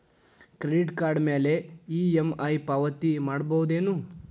Credit card ಮ್ಯಾಲೆ EMI ಪಾವತಿ ಮಾಡ್ಬಹುದೇನು?